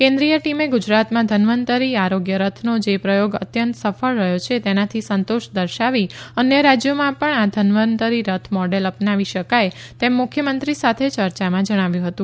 કેન્દ્રીય ટીમે ગુજરાતમાં ધન્વંતરી આરોગ્યરથનો જે પ્રયોગ અત્યંત સફળ રહ્યો છે તેનાથી સંતોષ દર્શાવી અન્ય રાજ્યોમાં પણ આ ધન્વંતરી રથ મોડલ અપનાવી શકાય તેમ મુખ્યમંત્રી સાથેની ચર્ચામાં જણાવ્યું હતું